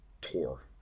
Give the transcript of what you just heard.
tour